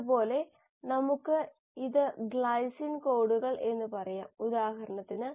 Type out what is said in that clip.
അതുപോലെ നമുക്ക് ഇത് ഗ്ലൈസിൻ കോഡുകൾ എന്ന് പറയാം ഉദാഹരണത്തിന്